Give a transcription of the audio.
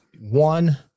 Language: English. one